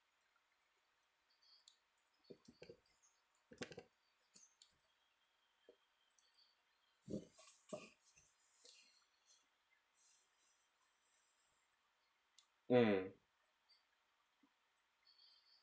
mm